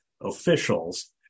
officials